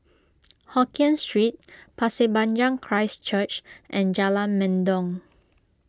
Hokien Street Pasir Panjang Christ Church and Jalan Mendong